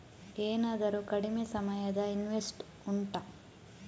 ಏನಾದರೂ ಕಡಿಮೆ ಸಮಯದ ಇನ್ವೆಸ್ಟ್ ಉಂಟಾ